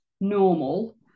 normal